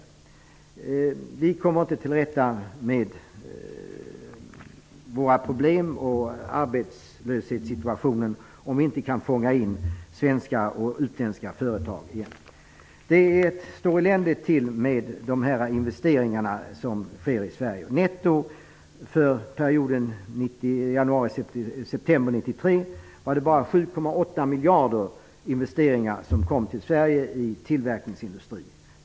Men vi kommer inte till rätta med våra problem och arbetslöshetssituationen om vi inte kan fånga in svenska och utländska företag. Det står eländigt till med investeringarna i Sverige. 7,8 miljarder netto i investeringar i tillverkningsindustrin i Sverige.